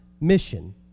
mission